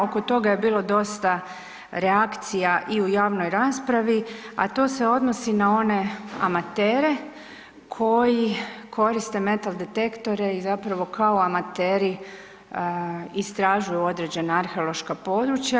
Oko toga je bilo dosta reakcija i u javnoj raspravi, a to se odnosi na one amatere koji koriste metal detektore i zapravo kao amateri istražuju određena arheološka područja.